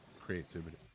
creativity